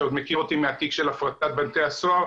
שעוד מכיר אותי מהתיק של הפרטת בתי הסוהר,